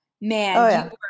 man